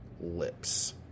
Lips